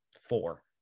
four